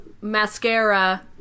mascara